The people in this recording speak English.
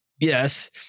Yes